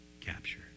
capture